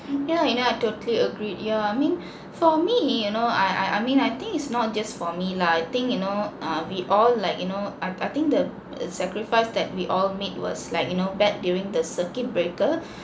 yeah you know I totally agreed yeah I mean for me you know I I I mean I think it's not just for me lah I think you know err we all like you know I I think the sacrifice that we all made was like you know back during the circuit breaker